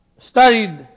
studied